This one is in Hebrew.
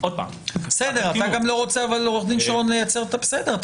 אבל אתה גם לא רוצה לייצר את התמריץ